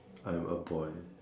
I am a boy